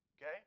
Okay